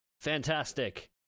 fantastic